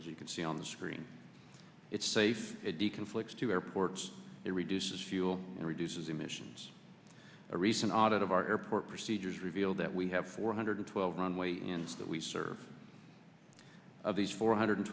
as you can see on the screen it's safe at the conflicts to airports it reduces fuel and reduces emissions a recent audit of our airport procedures revealed that we have four hundred twelve runway ins that we serve of these four hundred